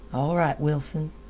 all right, wilson,